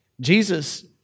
Jesus